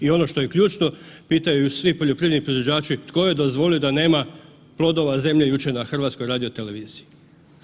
I ono što je ključno, pitaju svi poljoprivredni proizvođači, tko je dozvolio da nema „Plodova zemlje“ jučer na HRT-u?